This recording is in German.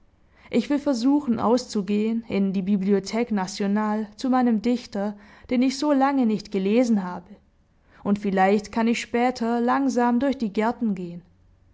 ich will versuchen auszugehen in die bibliothque nationale zu meinem dichter den ich so lange nicht gelesen habe und vielleicht kann ich später langsam durch die gärten gehen